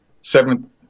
seventh